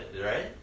Right